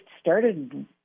started